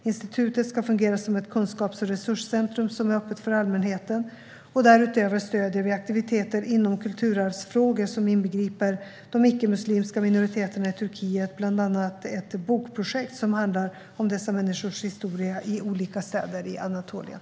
Institutet ska fungera som ett kunskaps och resurscentrum som är öppet för allmänheten. Därutöver stöder vi aktiviteter inom kulturarvsfrågor som inbegriper de icke-muslimska minoriteterna i Turkiet, bland annat ett bokprojekt som handlar om dessa människors historia i olika städer i Anatolien.